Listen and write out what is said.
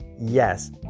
Yes